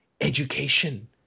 education